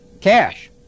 Cash